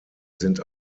sind